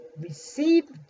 received